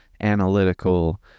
analytical